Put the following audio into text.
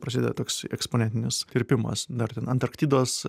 prasideda toks eksponentinis tirpimas dar ten antarktidos